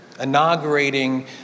inaugurating